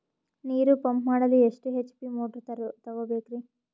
ನೀರು ಪಂಪ್ ಮಾಡಲು ಎಷ್ಟು ಎಚ್.ಪಿ ಮೋಟಾರ್ ತಗೊಬೇಕ್ರಿ?